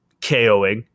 KOing